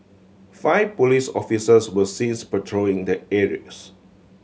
five police officers were sees patrolling the areas